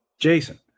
Jason